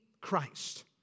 Christ